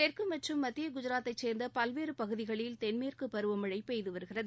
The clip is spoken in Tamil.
தெற்கு மற்றும் மத்திய குஜராத்தை சேர்ந்த பல்வேறு பகுதிகளில் தென்மேற்கு பருவமழை பெய்துவருகிறது